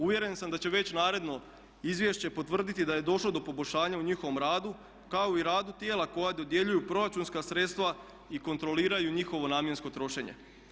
Uvjeren sam da će već naredno izvješće potvrditi da je došlo do poboljšanja u njihovom radu kao i radu tijela koja dodjeljuju proračunska sredstva i kontroliraju njihovo namjensko trošenje.